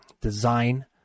design